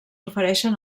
ofereixen